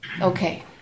Okay